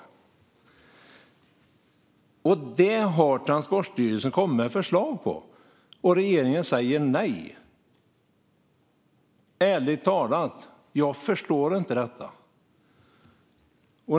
Ett sådant förslag har Transportstyrelsen kommit med, men regeringen säger nej. Ärligt talat förstår jag inte detta.